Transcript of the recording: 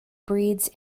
breeds